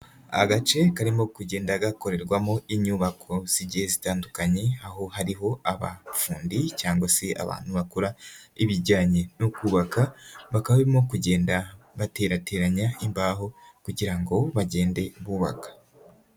Agace karimo kugenda gakorerwamo inyubako zi'igihe zitandukanye, aho hariho abafundi cyangwa se abantu bakora ibijyanye no kubaka, bakarimo kugenda bateratiranya imbaho kugira ngo bagende bubaka.